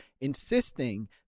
insisting